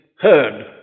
heard